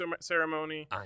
ceremony